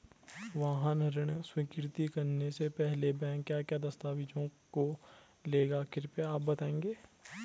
वाहन ऋण स्वीकृति करने से पहले बैंक क्या क्या दस्तावेज़ों को लेगा कृपया आप बताएँगे?